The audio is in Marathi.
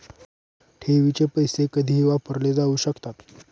ठेवीचे पैसे कधीही वापरले जाऊ शकतात